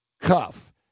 cuff